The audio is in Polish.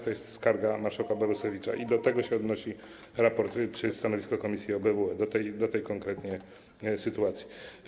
To jest skarga marszałka Borusewicza i do tego się odnosi raport czy stanowisko komisji OBWE, do tej konkretnie sytuacji.